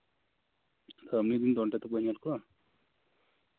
ᱠᱟᱹᱢᱤᱭᱫᱟᱹᱧ ᱢᱤᱫ ᱜᱷᱚᱱᱴᱟᱧ ᱧᱮᱞ ᱠᱚᱣᱟ